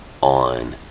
on